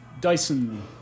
Dyson